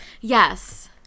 Yes